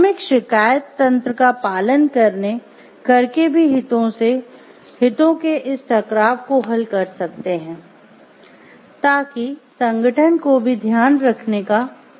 हम एक "शिकायत तंत्र" का पालन करके भी हितों के इस टकराव को हल कर सकते हैं ताकि संगठन को भी ध्यान रखने का मौका मिल जाए